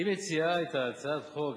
היא מציעה את הצעת החוק,